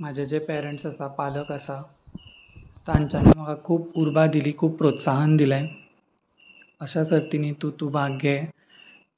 म्हाजे जे पेरंट्स आसा पालक आसा तांच्यांनी म्हाका खूब उर्बा दिली खूब प्रोत्साहन दिलें अश्या सर्तिंनी तूं तूं भाग घे